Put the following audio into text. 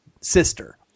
sister